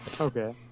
Okay